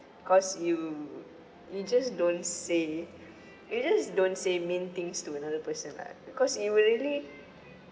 cause you you just don't say you just don't say mean things to another person lah because it will really